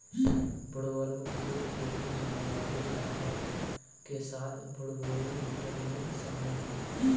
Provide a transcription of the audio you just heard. woodworm के रूप में जाने वाले लार्वा के साथ वुडबोरिंग बीटल में शामिल हैं